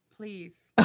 please